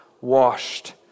washed